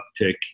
uptick